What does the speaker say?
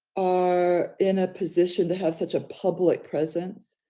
are in a position to have such a public presence,